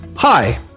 Hi